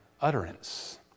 utterance